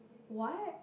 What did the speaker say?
what